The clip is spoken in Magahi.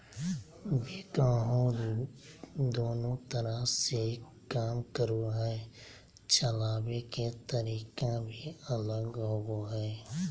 बैकहो दोनों तरह से काम करो हइ, चलाबे के तरीका भी अलग होबो हइ